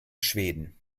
schweden